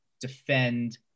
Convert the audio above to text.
defend